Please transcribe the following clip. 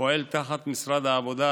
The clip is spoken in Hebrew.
הפועל תחת משרד העבודה,